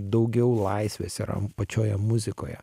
daugiau laisvės yra pačioje muzikoje